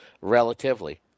relatively